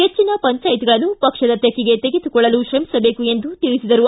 ಹೆಚ್ಚಿನ ಪಂಚಾಯತ್ಗಳನ್ನು ಪಕ್ಷದ ತೆಕ್ಕೆಗೆ ತೆಗೆದುಕೊಳ್ಳಲು ತ್ರಮಿಸಬೇಕು ಎಂದು ತಿಳಿಸಿದರು